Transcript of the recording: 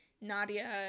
Nadia